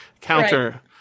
counter